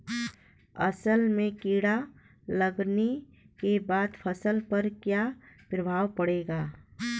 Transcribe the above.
असल में कीड़ा लगने के बाद फसल पर क्या प्रभाव पड़ेगा?